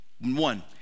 One